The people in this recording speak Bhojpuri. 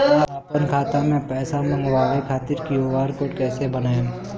आपन खाता मे पैसा मँगबावे खातिर क्यू.आर कोड कैसे बनाएम?